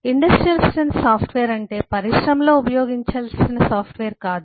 industrial strength software అంటే పరిశ్రమలో ఉపయోగించాల్సిన సాఫ్ట్వేర్ కాదు